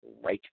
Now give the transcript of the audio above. right